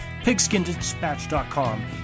pigskindispatch.com